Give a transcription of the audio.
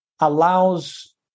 allows